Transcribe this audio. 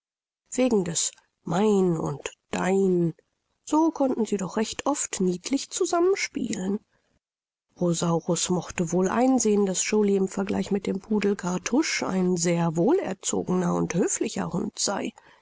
wegen des mein und dein so konnten sie doch recht oft niedlich zusammenspielen rosaurus mochte wohl einsehen daß joly im vergleich mit dem pudel kartusch ein sehr wohl erzogener und höflicher hund sei